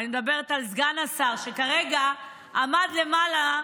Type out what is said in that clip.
אני מדברת על סגן השר שכרגע עמד למעלה,